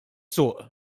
suq